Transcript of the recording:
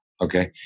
okay